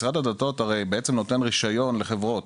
משרד הדתות נותן רישיון לחברות,